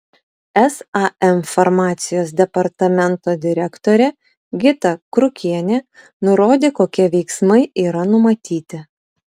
sam farmacijos departamento direktorė gita krukienė nurodė kokie veiksmai yra numatyti